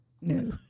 No